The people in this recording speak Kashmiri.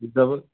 چلو